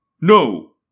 No